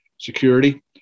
security